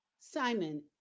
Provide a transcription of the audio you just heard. simon